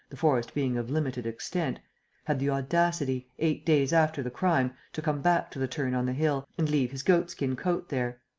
the forest being of limited extent had the audacity, eight days after the crime, to come back to the turn on the hill and leave his goat-skin coat there.